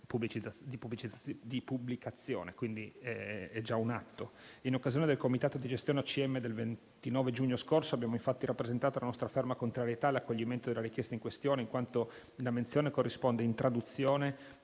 procedura di pubblicazione, quindi è già un atto. In occasione del Comitato di gestione OCM del 29 giugno scorso abbiamo infatti rappresentato la nostra ferma contrarietà all'accoglimento della richiesta in questione, in quanto la menzione corrisponde, in traduzione,